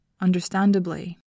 Understandably